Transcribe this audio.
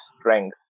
strength